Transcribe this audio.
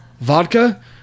vodka